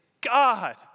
God